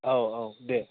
औ औ दे